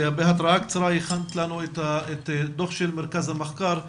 בהתראה קצרה הכנת לנו את הדו"ח של מרכז המחקר,